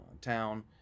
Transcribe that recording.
town